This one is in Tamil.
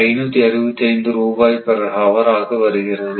565 ரூபாய் பெர் ஹவர் ஆக வருகிறது